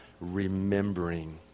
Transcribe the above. remembering